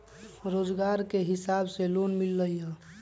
रोजगार के हिसाब से लोन मिलहई?